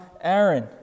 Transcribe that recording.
Aaron